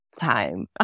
time